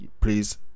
please